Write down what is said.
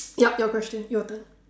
yup your questions your turn